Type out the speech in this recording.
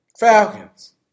Falcons